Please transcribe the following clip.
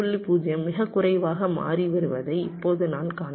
0 மிகக் குறைவாக மாறி வருவதை இப்போது நான் காண்கிறேன்